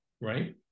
right